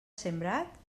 sembrat